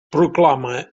proclama